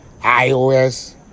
iOS